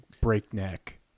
breakneck